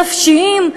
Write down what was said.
נפשיים.